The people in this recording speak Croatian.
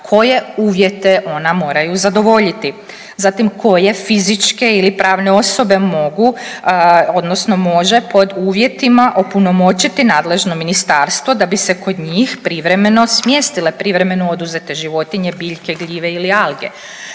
koje uvjete ona moraju zadovoljiti? Zatim koje fizičke ili pravne osobe mogu odnosno može pod uvjetima opunomoćiti nadležno ministarstvo da bi se kod njih privremeno smjestile privremeno oduzete životinje, biljke, gljive ili alge,